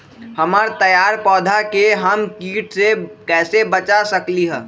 हमर तैयार पौधा के हम किट से कैसे बचा सकलि ह?